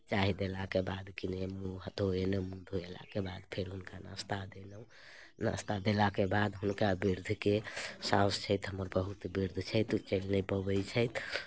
चाह देलाके बाद किने मूँह हाथ धुएलहुँ मुँह धुएलाके बाद फेर हुनका नाश्ता देलहुँ नाश्ता देलाके बाद हुनका वृद्धके सासु छथि हमर बहुत वृद्ध छथि ओ चलि नहि पबैत छथि